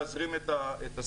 להזרים את הסקרנים,